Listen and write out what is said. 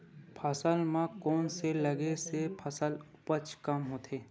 फसल म कोन से लगे से फसल उपज कम होथे?